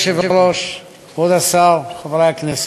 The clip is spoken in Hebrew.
אדוני היושב-ראש, כבוד השר, חברי הכנסת,